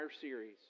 series